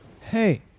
Hey